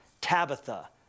Tabitha